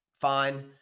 fine